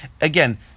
again